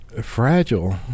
fragile